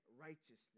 righteousness